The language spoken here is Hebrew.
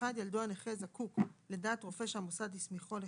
(1)ילדו הנכה זקוק, לדעת רופא שהמוסד הסמיכו לכך,